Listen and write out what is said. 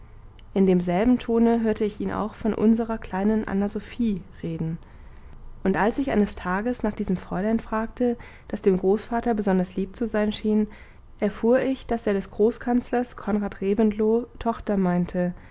in demselben tone hörte ich ihn auch von unserer kleinen anna sophie reden und als ich eines tages nach diesem fräulein fragte das dem großvater besonders lieb zu sein schien erfuhr ich daß er des großkanzlers conrad reventlow tochter meinte